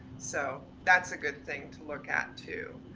so that's a good thing to look at too,